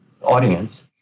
audience